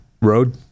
road